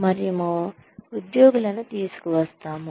మనము ఉద్యోగులను తీసుకువస్తాము